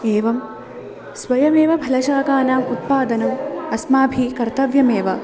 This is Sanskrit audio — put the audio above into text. एवं स्वयमेव फलशाकानाम् उत्पादनम् अस्माभिः कर्तव्यमेव